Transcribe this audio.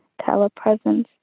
telepresence